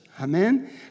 Amen